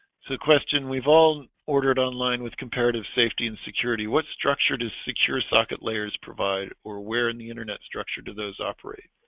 so question we've all ordered online with comparative safety and security what structured is secure socket layer is provide or where and the internet structure to those operate?